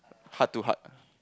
heart to heart